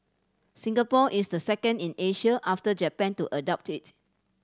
Singapore is the second in Asia after Japan to adopt it